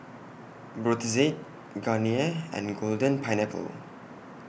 Brotzeit Garnier and Golden Pineapple